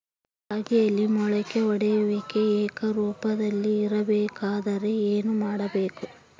ರಾಗಿಯಲ್ಲಿ ಮೊಳಕೆ ಒಡೆಯುವಿಕೆ ಏಕರೂಪದಲ್ಲಿ ಇರಬೇಕೆಂದರೆ ಏನು ಮಾಡಬೇಕು?